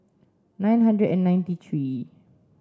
nine hundred and ninety three